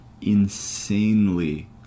insanely